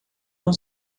não